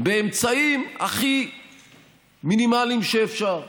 באמצעים הכי מינימליים שאפשר,